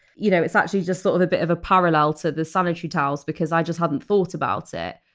you know, it's actually just sort of a bit of a parallel to the sanitary towels because i just hadn't thought about it.